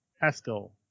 Pascal